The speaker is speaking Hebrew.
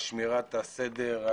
על שמירת הסדר,